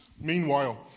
Meanwhile